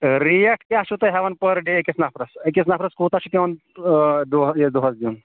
rate کیا چھِو تُہی ہیٚوان پٔر ڈے أکِس نَفرَس أکِس نَفرَن کوٗتاہ چھُ ہیٚوان دۄہَس یہِ دۄہَس دِیُن